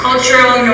Cultural